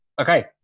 Okay